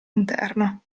interno